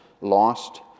lost